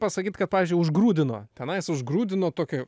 pasakyti kad pavyzdžiui užgrūdino tenai užgrūdino tokio